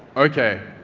okay,